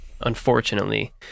unfortunately